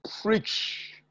preach